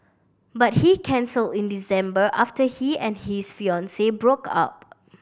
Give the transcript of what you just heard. but he cancelled in December after he and his fiancee broke up